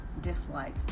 dislike